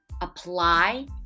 apply